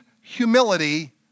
humility